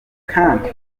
kandi